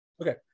Okay